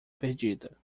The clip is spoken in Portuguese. perdida